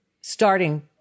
starting